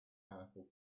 powerful